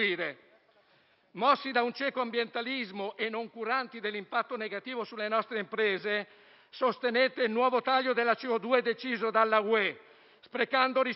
Mossi da un cieco ambientalismo e noncuranti dell'impatto negativo sulle nostre imprese, sostenete il nuovo taglio della CO2 deciso dalla UE, sprecando risorse,